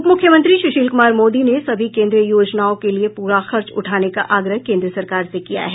उप मुख्यमंत्री सुशील कुमार मोदी ने सभी केंद्रीय योजनाओं के लिये पूरा खर्च उठाने का आग्रह केंद्र सरकार से किया है